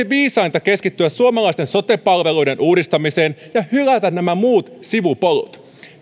viisainta keskittyä suomalaisten sote palveluiden uudistamiseen ja hylätä nämä muut sivupolut